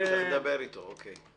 תכף נדבר איתו, אוקיי.